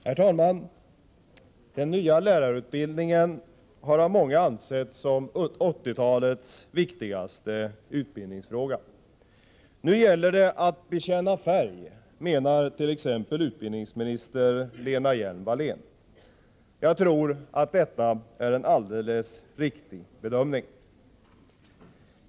Herr talman! Den nya lärarutbildningen har av många ansetts som 1980-talets viktigaste utbildningsfråga. Nu gäller det att bekänna färg, menar t.ex. utbildningsminister Lena Hjelm-Wallén. Jag tror att detta är en alldeles riktig bedömning.